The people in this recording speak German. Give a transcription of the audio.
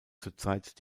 zurzeit